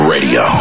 Radio